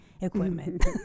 equipment